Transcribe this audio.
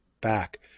back